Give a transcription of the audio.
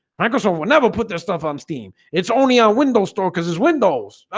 microsoft will never put their stuff on steam it's only our windows store cuz his windows. ah,